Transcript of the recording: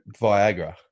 Viagra